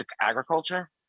Agriculture